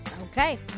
Okay